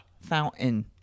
Fountain